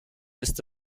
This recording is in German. ist